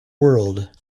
world